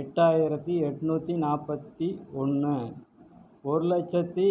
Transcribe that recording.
எட்டாயிரத்து எட்நூற்றி நாப்பத்து ஒன்று ஒரு லட்சத்து